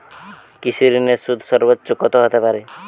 কৃষিঋণের সুদ সর্বোচ্চ কত হতে পারে?